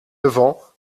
levant